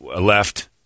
left